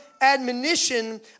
admonition